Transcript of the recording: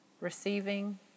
receiving